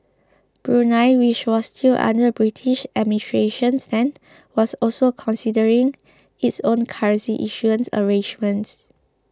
Brunei which was still under British administration then was also considering its own currency issuance arrangements